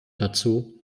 dazu